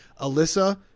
Alyssa